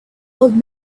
old